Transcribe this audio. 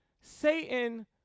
Satan